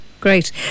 great